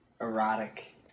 Erotic